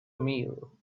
meal